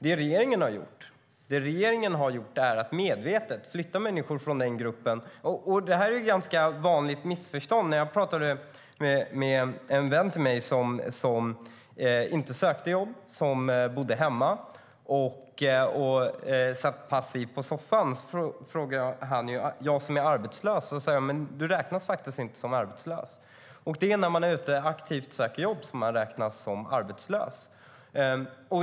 Det regeringen har gjort är att medvetet flytta människor från den gruppen. Det finns ett ganska vanligt missförstånd. Jag talade med en vän till mig som inte sökte jobb, som bodde hemma och satt passiv i soffan. Han sade att han var arbetslös. Då sade jag: Men du räknas faktiskt inte som arbetslös. Det är när man ute aktivt och söker jobb som man räknas som arbetslös.